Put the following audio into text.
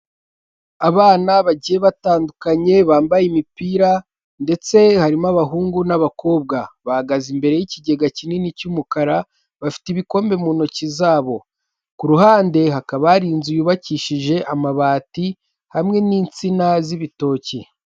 Abana bagiye batandukanye bambaye imipira ndetse harimo abahungu n'abakobwa, bahagaze imbere y'ikigega kinini cy'umukara bafite ibikombe mu ntoki zabo, ku ruhande hakaba hari inzu yubakishije amabati hamwe n'insina z'ibitoki.